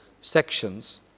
sections